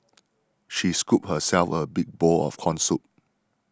she scooped herself a big bowl of Corn Soup